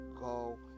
go